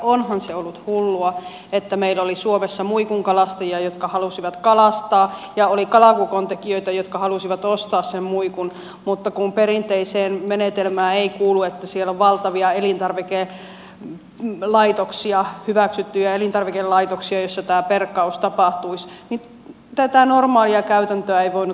onhan se ollut hullua että meillä oli suomessa muikunkalastajia jotka halusivat kalastaa ja oli kalakukontekijöitä jotka halusivat ostaa sen muikun mutta kun perinteiseen menetelmään ei kuulu että siellä on valtavia elintarvikelaitoksia hyväksyttyjä elintarvikelaitoksia joissa tämä perkaus tapahtuisi niin tätä normaalia käytäntöä ei voinut tehdä